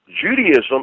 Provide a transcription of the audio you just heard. Judaism